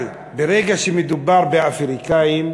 אבל ברגע שמדובר באפריקנים,